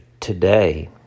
today